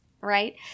right